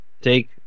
take